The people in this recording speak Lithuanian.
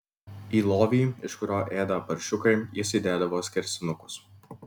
į lovį iš kurio ėda paršiukai jis įdėdavo skersinukus